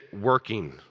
working